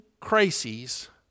crises